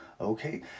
okay